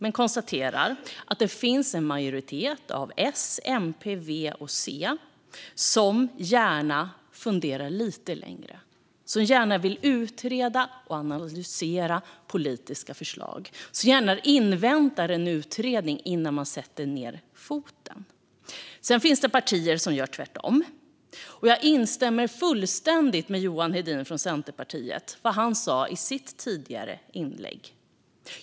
Men jag konstaterar att det finns en majoritet bestående av S, MP, V och C som gärna funderar lite längre, som gärna vill utreda och analysera politiska förslag, som gärna inväntar en utredning innan man sätter ned foten. Sedan finns det partier som gör tvärtom. Jag instämmer fullständigt i vad Johan Hedin från Centerpartiet sa i sitt anförande.